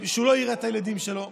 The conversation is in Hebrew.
שהוא לא יראה את הילדים שלו.